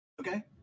Okay